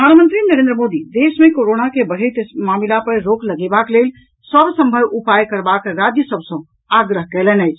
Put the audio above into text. प्रधानमंत्री नरेन्द्र मोदी देश मे कोरोना के बढ़ैत मामिला पर रोक लगेबाक लेल सब सभव उपाय करबाक राज्य सभ सॅ आग्रह कयलनि अछि